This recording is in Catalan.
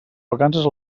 vacances